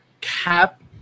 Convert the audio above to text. Cap